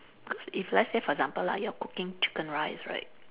because if let's say for example lah you're cooking chicken rice right